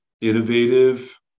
innovative